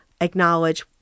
acknowledge